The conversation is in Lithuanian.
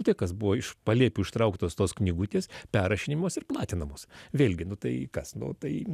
tai kas buvo iš palėpių ištrauktos tos knygutės perrašinėjamos ir platinamos vėlgi nu tai kas nu tai